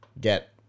get